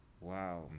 wow